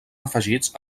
afegits